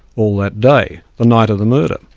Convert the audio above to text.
all that day, the night of the murder.